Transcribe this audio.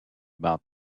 about